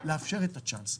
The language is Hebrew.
כן לאפשר את הצ'אנס,